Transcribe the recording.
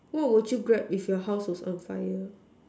what would you Grab if your house was on fire